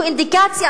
הוא אינדיקציה,